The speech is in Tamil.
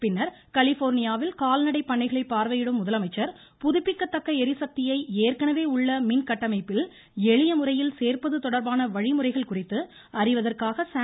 பின்னர் கலிபோர்னியாவில் கால்நடைப் பண்ணைகளை பார்வையிடும் முதலமைச்சர் புதுப்பிக்கத்தக்க ளிசக்தியை ஏற்கனவே உள்ள மின்கட்டமைப்பில் எளியமுறையில் சேர்ப்பது தொடர்பான வழிமுறைகள் குறித்து அறிவதற்காக சான்